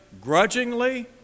grudgingly